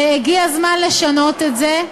הגיע הזמן לשנות את זה.